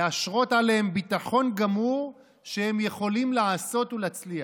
להשרות עליהם ביטחון גמור שהם יכולים לעשות ולהצליח.